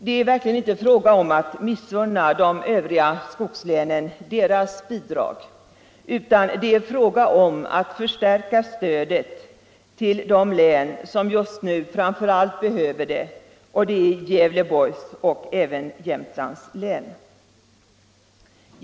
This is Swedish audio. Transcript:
Det är verkligen inte fråga om att missunna de övriga skogslänen deras bidrag, utan det är fråga om att förstärka stödet till de län som just nu framför allt behöver det, och det är Gävleborgs och även Jämtlands län.